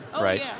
right